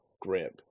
grip